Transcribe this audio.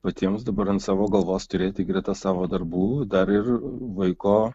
patiems dabar ant savo galvos turėti greta savo darbų dar ir vaiko